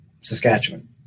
saskatchewan